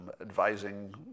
advising